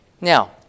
Now